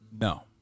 No